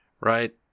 right